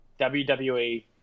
WWE